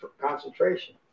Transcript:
concentration